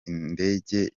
indege